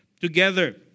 together